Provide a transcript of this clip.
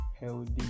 healthy